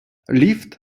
ліфт